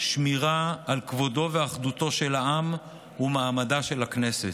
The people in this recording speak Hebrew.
שמירה על כבודו ואחדותו של העם ומעמדה של הכנסת.